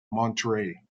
monterey